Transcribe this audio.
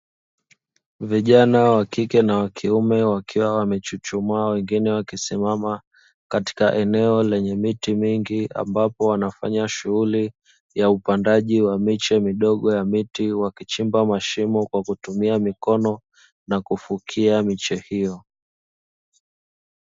Vijana wa kike na wakiume wakiwa wamechuchumaa na wengine wakisimama katika eneo lenye miti mingi, ambapo wanafanya shughuli ya upandaji wa miche midogo ya miti wakichimba mashimo kwa kutumia mikono na kufukia miche hiyo.